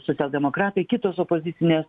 socialdemokratai kitos opozicinės